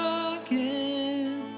again